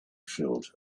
filled